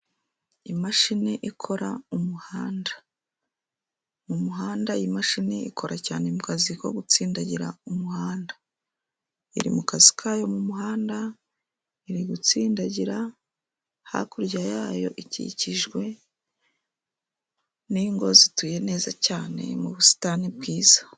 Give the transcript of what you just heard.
Imashini ikora umuhanda, mu muhanda iyi mashini ikora cyane mu kazi ko gutsindagira umuhanda, iri mu kazi kayo mu muhanda iri gutsindagira, hakurya yayo ikikijwe n'ingo zituye neza cyane mu busitani bwiza.